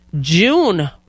June